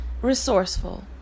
resourceful